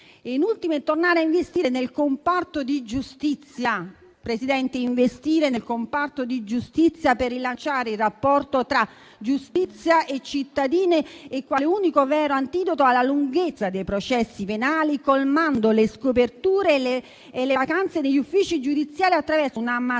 in ultimo, tornare a investire nel comparto giustizia per rilanciare il rapporto tra giustizia e cittadini quale unico vero antidoto alla lunghezza dei processi penali, colmando le scoperture e le vacanze degli uffici giudiziari attraverso una massiccia e